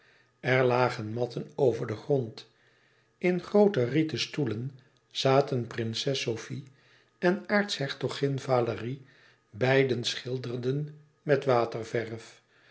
er lagen matten over den grond in groote rieten stoelen zaten prinses sofie en aartshertogin valérie beiden schilderden met waterverf